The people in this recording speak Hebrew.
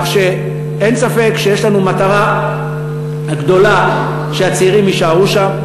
כך שאין ספק שיש לנו מטרה גדולה שהצעירים יישארו שם.